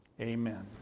Amen